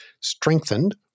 strengthened